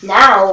now